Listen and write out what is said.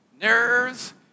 Nerves